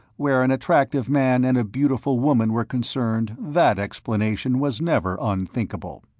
where an attractive man and a beautiful woman were concerned, that explanation was never unthinkable.